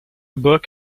book